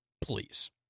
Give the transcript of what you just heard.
please